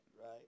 Right